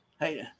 Hey